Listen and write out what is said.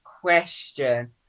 question